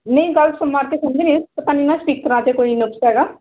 ਨਹੀਂ ਗੱਲ ਸੁਣ ਕੇ ਤੁਸੀਂ ਨਾ ਸਪੀਕਰਾਂ ਤੇ ਕੋਈ ਨੁਕਸ ਹੈਗਾ